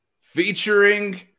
featuring